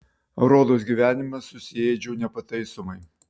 rodos gyvenimą susiėdžiau nepataisomai